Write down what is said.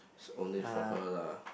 it's only for her lah